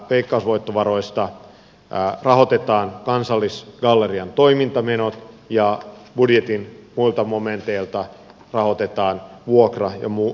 veikkausvoittovaroista rahoitetaan kansallisgallerian toimintamenot ja budjetin muilta momenteilta rahoitetaan vuokra ja muut tällaiset menot